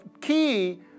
key